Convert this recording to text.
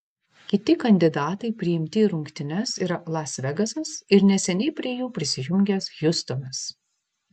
kiti kandidatai priimti į rungtynes yra las vegasas ir neseniai prie jų prisijungęs hjustonas